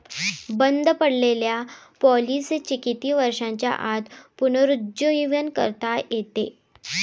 बंद पडलेल्या पॉलिसीचे किती वर्षांच्या आत पुनरुज्जीवन करता येते?